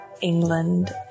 England